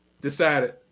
decided